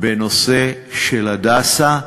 בנושא של "הדסה".